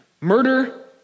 murder